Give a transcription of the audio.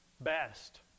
best